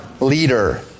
leader